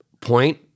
point